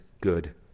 good